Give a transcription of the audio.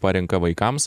parenka vaikams